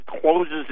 closes